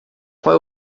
qual